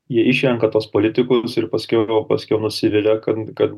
ji išrenka tuos politikus ir paskiauvau paskiau nusivilia kad kad